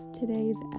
today's